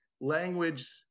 language